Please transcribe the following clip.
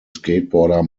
skateboarder